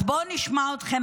אז בואו נשמע אתכם,